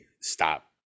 stop